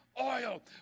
oil